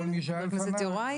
חבר הכנסת יוראי להב ארצנו.